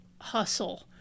hustle